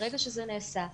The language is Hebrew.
ברגע שזה נעשה,